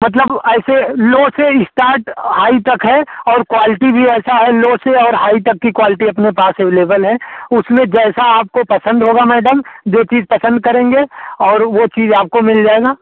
मतलब ऐसे लो से इस्टार्ट हाई तक है और क्वालिटी भी ऐसा है लो से और हाई तक की क्वालिटी अपने पास एवलेबल है उसमें जैसा आपको पसंद होगा मैडम जो चीज़ पसंद करेंगे और वह चीज़ आपको मिल जाएगी